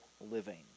living